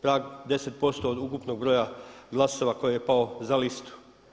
Prag 10% od ukupnog broja glasova koji je pao za listu.